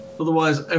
Otherwise